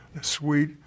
sweet